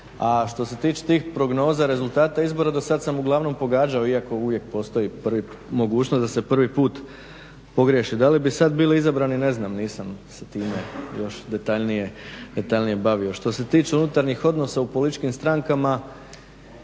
što se tiče tih prognoza, rezultata izbora do sad sam uglavnom pogađao iako uvijek postoji mogućnost da se prvi put pogriješi. Da li bi sad bili izabrani ne znam, nisam sa time još detaljnije bavio. Što se tiče unutarnjih odnosa u političkim strankama